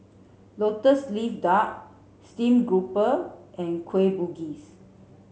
lotus leaf duck steamed grouper and kueh bugis